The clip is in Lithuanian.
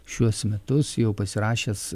šiuos metus jau pasirašęs